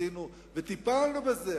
עשינו וטיפלנו בזה,